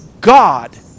God